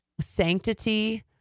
sanctity